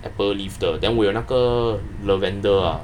apple leaf 的 then 我有那个 lavender ah